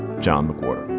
john mcwhorter